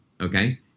okay